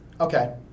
Okay